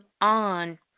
on